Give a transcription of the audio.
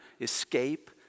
escape